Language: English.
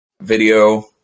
video